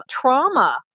trauma